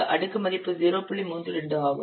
32 ஆகும்